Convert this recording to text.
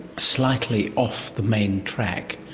slightly off the main track,